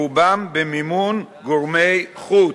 רובם במימון גורמי חוץ.